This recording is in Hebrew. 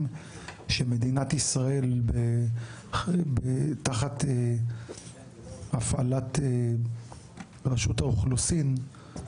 שמדינת ישראל תחת הפעלת רשות האוכלוסין וההגירה,